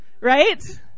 right